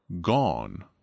gone